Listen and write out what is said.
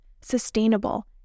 sustainable